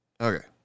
Okay